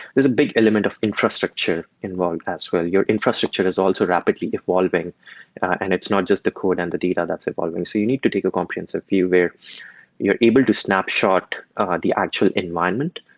there's a big element of infrastructure involved as well. your infrastructure is also rapidly evolving and it's not just the code and the data that's evolving. so you need to take a comprehensive view where you're able to snapshot the actual environment,